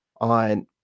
on